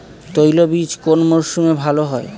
তৈলবীজ কোন মরশুমে ভাল হয়?